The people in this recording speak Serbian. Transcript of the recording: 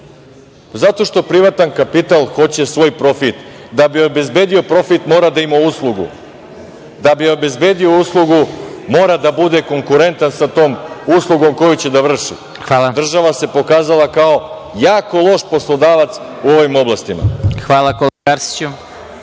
Zato što privatan kapital hoće svoj profit. Da bi obezbedio profit mora da ima uslugu. Da bi obezbedio uslugu mora da bude konkurentan sa tom uslugom koju će da vrši. Država se pokazala kao jako loš poslodavac u ovim oblastima.